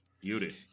Beauty